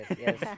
Yes